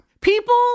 people